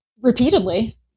repeatedly